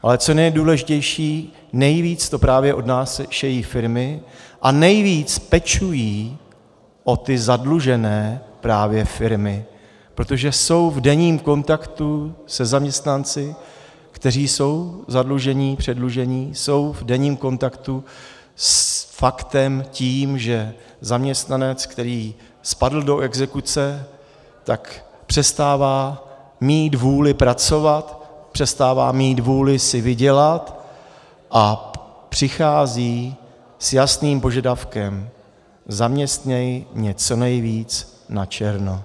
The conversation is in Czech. Ale co je nejdůležitější, nejvíc to právě odnášejí firmy a nejvíc pečují o ty zadlužené právě firmy, protože jsou v denním kontaktu se zaměstnanci, kteří jsou zadlužení, předlužení, jsou v denním kontaktu s faktem tím, že zaměstnanec, který spadl do exekuce, tak přestává mít vůli pracovat, přestává mít vůli si vydělat a přichází s jasným požadavkem: zaměstnej mě co nejvíc načerno.